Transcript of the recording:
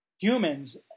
humans